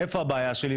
איפה הבעיה שלי?